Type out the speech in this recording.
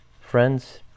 Friends